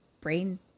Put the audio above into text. brain